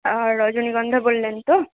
আর রজনীগন্ধা বললেন তো